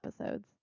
episodes